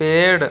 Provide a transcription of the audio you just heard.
पेड़